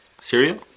cereal